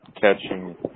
catching